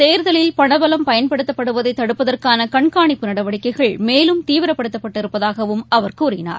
தேர்தலில் பணபலம் பயன்படுத்தப்படுவதைதடுப்பதற்கானகண்காணிப்பு நடவடிக்கைகள் மேலும் தீவிரப்படுத்தப்பட்டு இருப்பதாகவும் அவர் கூறினார்